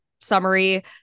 summary